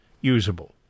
usable